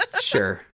sure